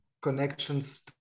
connections